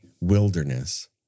wilderness